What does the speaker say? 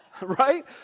Right